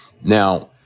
Now